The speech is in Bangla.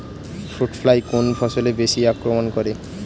ফ্রুট ফ্লাই কোন ফসলে বেশি আক্রমন করে?